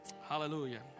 Hallelujah